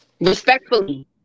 Respectfully